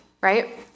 right